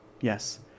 Yes